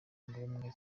ngombwa